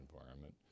environment